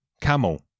camel